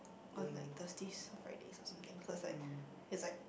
on like Thursdays or Fridays or something cause like he's like